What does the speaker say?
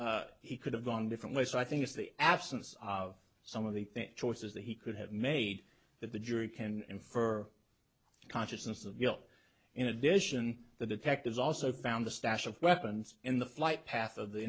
he could have gone differently so i think it's the absence of some of the choices that he could have made that the jury can infer consciousness of guilt in addition the detectives also found the stash of weapons in the flight path of the